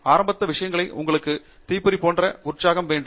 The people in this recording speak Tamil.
ஆரம்ப விஷயங்களில் உங்களுக்கு தீப்பொறி போன்ற உற்சாகம் வேண்டும்